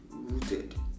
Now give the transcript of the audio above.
rooted